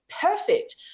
perfect